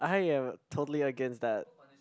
I am totally against that